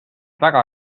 väga